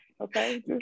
okay